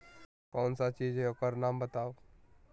कौन सा चीज है ओकर नाम बताऊ?